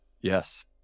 Yes